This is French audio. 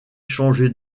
changé